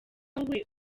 wowe